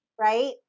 Right